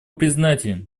признателен